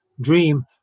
dream